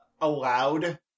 allowed